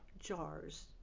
jars